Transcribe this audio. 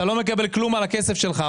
אתה לא מקבל כלום על הכסף שלך.